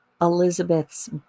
Elizabeth's